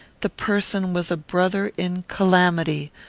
the person was a brother in calamity,